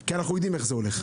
כי אנחנו יודעים איך זה הולך.